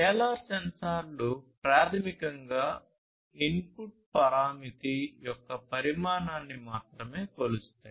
scalar సెన్సార్లు ప్రాథమికంగా input పరామితి యొక్క పరిమాణాన్ని మాత్రమే కొలుస్తాయి